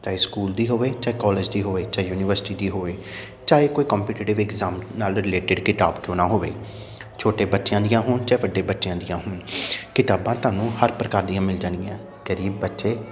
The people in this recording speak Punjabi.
ਚਾਹੇ ਸਕੂਲ ਦੀ ਹੋਵੇ ਚਾਹੇ ਕਾਲਜ ਦੀ ਹੋਵੇ ਚਾਹੇ ਯੂਨੀਵਰਸਿਟੀ ਦੀ ਹੋਵੇ ਚਾਹੇ ਕੋਈ ਕੰਪੀਟੀਟਿਵ ਇਗਜ਼ਾਮ ਨਾਲ ਰਿਲੇਟਡ ਕਿਤਾਬ ਕਿਉਂ ਨਾ ਹੋਵੇ ਛੋਟੇ ਬੱਚਿਆਂ ਦੀਆਂ ਹੋਣ ਚਾਹੇ ਵੱਡੇ ਬੱਚਿਆਂ ਦੀਆਂ ਹੋਣ ਕਿਤਾਬਾਂ ਤੁਹਾਨੂੰ ਹਰ ਪ੍ਰਕਾਰ ਦੀਆਂ ਮਿਲ ਜਾਣਗੀਆਂ ਗਰੀਬ ਬੱਚੇ